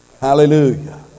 Hallelujah